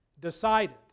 decided